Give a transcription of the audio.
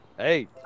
Hey